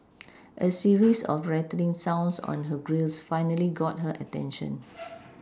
a series of rattling sounds on her grilles finally got her attention